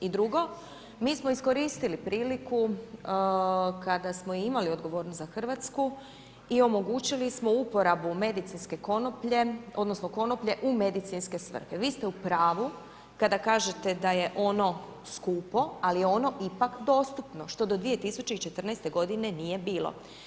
I drugo, mi smo iskoristili priliku kada smo imali odgovornost za Hrvatsku i omogućili smo uporabu medicinske konoplje odnosno konoplje u medicinske svrhe, vi ste u pravu kada kažete da je ono skupo ali je ono ipak dostupno što do 2014. g. nije bilo.